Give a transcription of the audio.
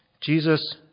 Jesus